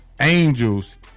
Angels